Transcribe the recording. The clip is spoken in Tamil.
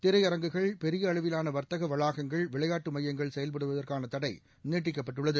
திரையரங்குகள் பெரிய அளவிலான வாத்தக வளாகங்கள் விளையாட்டு மையங்கள் செயல்படுதற்கான தடை நீட்டிக்கப்பட்டுள்ளது